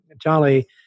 Charlie